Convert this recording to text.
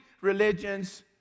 religions